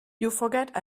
forget